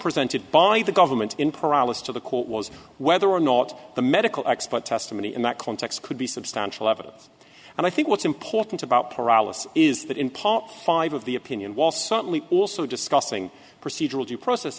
presented by the government in paralysis to the court was whether or not the medical expert testimony in that context could be substantial evidence and i think what's important about paralysis is that in part five of the opinion was certainly also discussing procedural due process